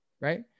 right